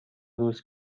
روز